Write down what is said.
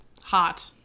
Hot